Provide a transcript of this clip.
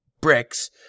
bricks